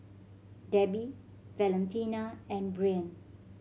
Debi Valentina and Breann